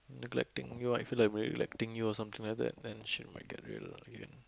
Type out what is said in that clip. neglecting you like I feel like we're neglecting you or something like that then shit might get real again